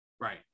right